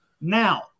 now